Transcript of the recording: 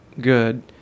good